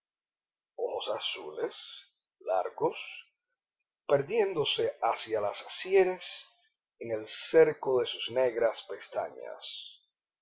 ojos azules largos perdiéndose hacia las sienes en el cerco de sus negras pestañas